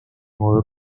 modo